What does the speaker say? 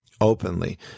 openly